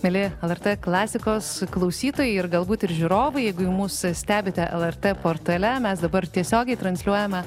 mieli lrt klasikos klausytojai ir galbūt ir žiūrovai jeigu į mus stebite lrt portale mes dabar tiesiogiai transliuojame